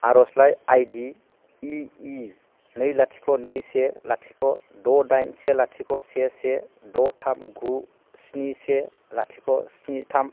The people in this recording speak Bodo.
आर'जलाइ आईडी इ इ नै लाथिख' नै से लाथिख' द' दाइन से लाथिख' से से द' थाम गु स्नि से लाथिख' स्नि थाम